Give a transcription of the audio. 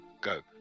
go